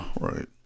right